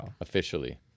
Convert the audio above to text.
Officially